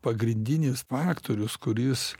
pagrindinis faktorius kuris